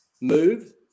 move